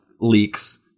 leaks